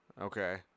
Okay